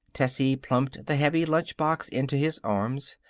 tessie plumped the heavy lunch box into his arms.